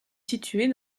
située